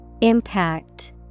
Impact